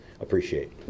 appreciate